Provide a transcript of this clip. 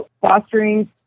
fostering